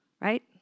Right